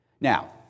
Now